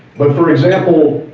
but for example,